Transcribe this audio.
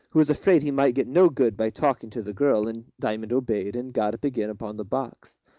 who was afraid he might get no good by talking to the girl and diamond obeyed, and got up again upon the box.